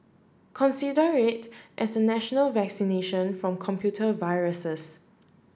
consider it as national vaccination from computer viruses